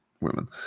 women